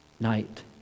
night